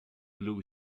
blue